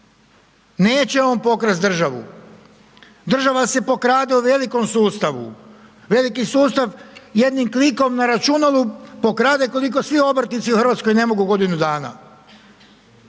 neće on pokrast državu, država se pokrade u velikom sustavu, veliki sustav jednim klikom na računalu pokrade koliko svi obrtnici u RH ne mogu godinu dana,